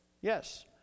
Yes